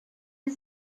you